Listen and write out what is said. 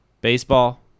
baseball